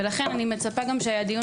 ולכן אני מצפה גם שהדיון,